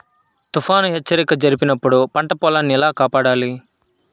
తుఫాను హెచ్చరిక జరిపినప్పుడు పంట పొలాన్ని ఎలా కాపాడాలి?